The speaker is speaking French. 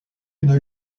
une